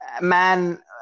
man